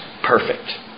perfect